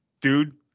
dude